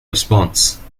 response